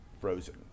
frozen